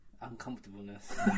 uncomfortableness